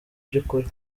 by’ukuri